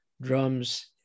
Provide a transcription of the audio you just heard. drums